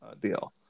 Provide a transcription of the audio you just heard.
deal